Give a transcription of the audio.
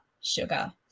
Sugar